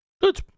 Good